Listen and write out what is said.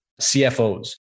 CFOs